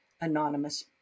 anonymous